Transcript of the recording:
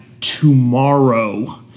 tomorrow